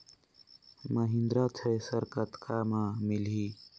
Mahindra thresher कतका म मिलही?